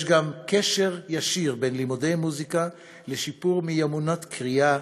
יש גם קשר ישיר בין לימודי מוזיקה לשיפור מיומנויות הקריאה,